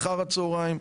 אחר הצהריים,